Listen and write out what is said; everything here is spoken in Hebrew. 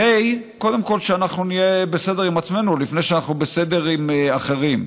קודם כול כדי שאנחנו נהיה בסדר עם עצמנו לפני שאנחנו בסדר עם אחרים.